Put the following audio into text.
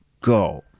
Go